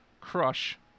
Crush